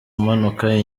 umanuka